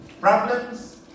problems